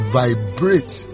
vibrate